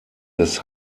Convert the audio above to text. des